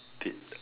did